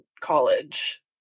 college